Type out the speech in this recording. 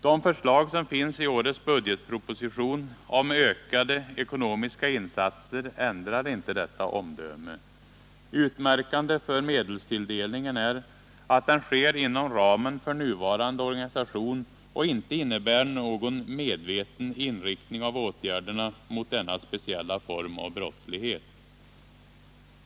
De förslag som finns i årets budgetproposition om ökade ekonomiska insatser ändrar inte detta omdöme. Utmärkande för medelstilldelningen är att den sker inom ramen för nuvarande organisation och inte innebär någon medveten inriktning av åtgärderna mot denna speciella form av brottslighet.